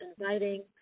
inviting